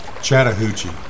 Chattahoochee